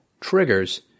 triggers